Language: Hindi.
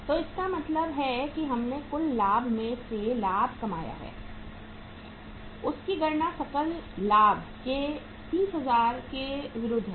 तो इसका मतलब है कि हमने कुल लाभ में से जो लाभ कमाया है उसकी गणना सकल लाभ के 30000 के विरुद्ध है